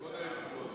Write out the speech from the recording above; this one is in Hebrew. כבוד היושב-ראש,